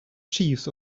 chiefs